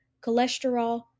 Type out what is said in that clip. cholesterol